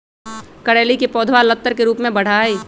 करेली के पौधवा लतर के रूप में बढ़ा हई